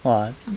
!wah!